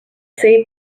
save